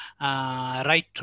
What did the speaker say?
right